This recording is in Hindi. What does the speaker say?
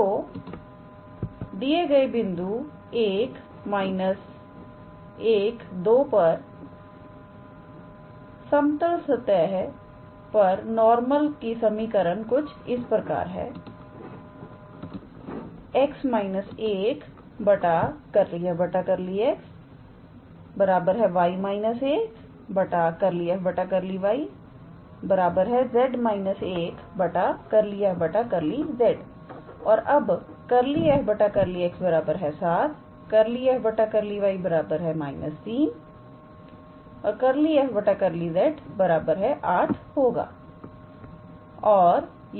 तो दिए गए बिंदु 1 12 पर सतह पर नॉर्मल की समीकरण कुछ इस प्रकार है 𝑋−1 𝜕𝑓 𝜕𝑥 𝑌−1 𝜕𝑓 𝜕𝑦 𝑍−1 𝜕𝑓 𝜕𝑧 और अब 𝜕𝑓 𝜕𝑥 7 𝜕𝑓 𝜕𝑦 −3 𝜕𝑓 𝜕𝑧 8 होगा